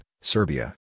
Serbia